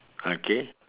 okay